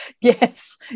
Yes